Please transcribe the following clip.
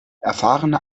erfahrene